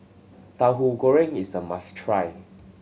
Tauhu Goreng is a must try